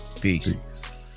Peace